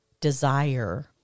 desire